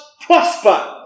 prosper